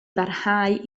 barhau